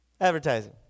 advertising